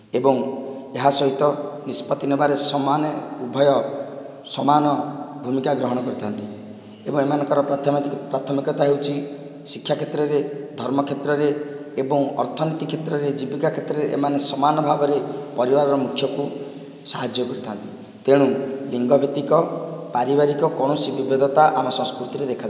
ଏବଂ ଏହା ସହିତ ନିଷ୍ପତ୍ତି ନେବାରେ ସମାନ ଉଭୟ ସମାନ ଭୂମିକା ଗ୍ରହଣ କରିଥାନ୍ତି ଏବଂ ଏମାନଙ୍କର ପ୍ରାଥମିତ ପ୍ରାଥମିକତା ହେଉଛି ଶିକ୍ଷା କ୍ଷେତ୍ରରେ ଧର୍ମ କ୍ଷେତ୍ରରେ ଏବଂ ଅର୍ଥନୀତି କ୍ଷେତ୍ରରେ ଜୀବିକା କ୍ଷେତ୍ରରେ ଏମାନେ ସମାନଭାବରେ ପରିବାରର ମୁଖ୍ୟକୁ ସାହାଯ୍ୟ କରିଥାନ୍ତି ତେଣୁ ଲିଙ୍ଗଭିତ୍ତିକ ପାରିବାରିକ କୌଣସି ବିଭେଦତା ଆମ ସଂସ୍କୃତିରେ ଦେଖାଯାଏ ନାହିଁ